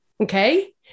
Okay